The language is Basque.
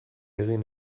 egin